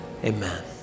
Amen